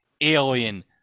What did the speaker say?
Alien